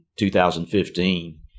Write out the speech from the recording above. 2015